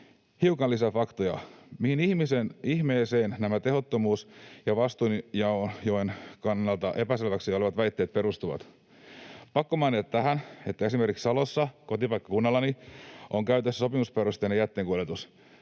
hiukan lisää faktoja. Mihin ihmeeseen nämä tehottomuuden ja vastuunjaon kannalta epäselviksi jäävät väitteet perustuvat? Pakko mainita tähän, että esimerkiksi Salossa, kotipaikkakunnallani, on käytössä sopimusperusteinen jätteenkuljetus.